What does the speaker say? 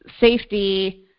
safety